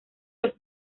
los